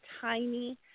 tiny